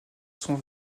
sont